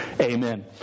amen